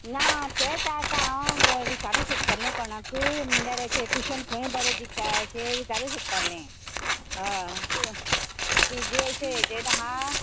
ना तेंत आतां हांव विचारूंक सोदतालें कोणाकूय म्हळ्यार अशें टूशन खंय बरें दिता अशें विचारूंक सोदतालें हय तुजें अशें येजेर हा